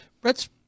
Brett's